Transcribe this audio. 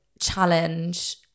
challenge